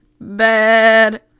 bad